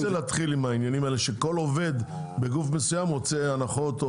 אני לא רוצה להתחיל עם העניינים האלה שכל עובד בגוף מסוים רוצה הנחות,